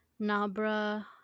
Nabra